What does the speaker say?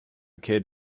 kid